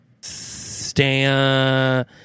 stan